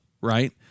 right